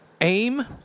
Aim